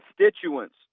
constituents